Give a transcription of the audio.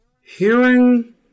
Hearing